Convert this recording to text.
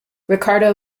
ricardo